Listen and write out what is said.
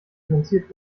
finanziert